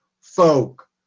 folk